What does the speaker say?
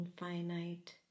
infinite